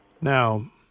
Now